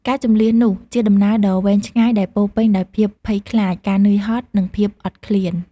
ការជម្លៀសនោះ ជាដំណើរដ៏វែងឆ្ងាយដែលពោរពេញដោយភាពភ័យខ្លាច ការនឿយហត់ និងភាពអត់ឃ្លាន។